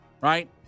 right